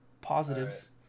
Positives